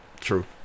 True